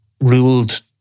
ruled